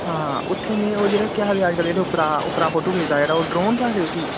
आं उत्थै में ओह् जेह्ड़ा केह् आखदे अज्ज कल्ल जेह्ड़ा उप्परां उप्परां फोटो खिच्चदा जेह्ड़ा ड्रोन केह् आखदे उसी